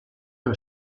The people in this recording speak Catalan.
una